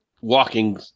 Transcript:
walking